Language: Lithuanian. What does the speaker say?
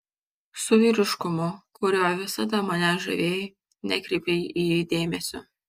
su vyriškumu kuriuo visada mane žavėjai nekreipei į jį dėmesio